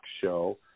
show